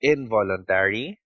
Involuntary